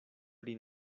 pri